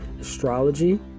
astrology